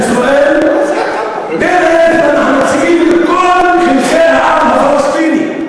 ואזרחי מדינת ישראל והם נציגים של כל חלקי העם הפלסטיני.